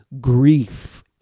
grief